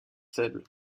faible